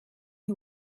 who